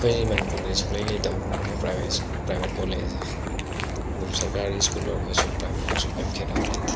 ꯑꯩꯈꯣꯏꯒꯤ ꯃꯅꯤꯄꯨꯔꯗꯗꯤ ꯁꯨꯡꯂꯩ ꯂꯩꯇꯕꯒꯨꯝꯕꯅꯦ ꯄ꯭ꯔꯥꯏꯕꯦꯠ ꯄ꯭ꯔꯥꯏꯕꯦꯠ ꯀꯣꯂꯦꯖꯁꯦ ꯑꯗꯨꯝ ꯁꯔꯀꯥꯔꯒꯤ ꯁ꯭ꯀꯨꯜ ꯑꯣꯏꯔꯒꯁꯨ ꯄ꯭ꯔꯥꯏꯕꯦꯠ ꯑꯣꯏꯔꯒꯁꯨ ꯀꯩꯏꯝꯇ ꯈꯦꯠꯅꯕ ꯂꯩꯇꯦ